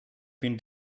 been